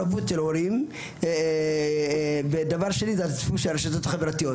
הורים, והשנייה היא הרשתות החברתיות.